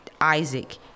Isaac